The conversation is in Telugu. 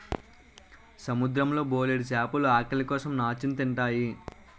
సముద్రం లో బోలెడు చేపలు ఆకలి కోసం నాచుని తింతాయి